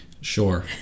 Sure